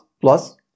plus